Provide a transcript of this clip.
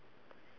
okay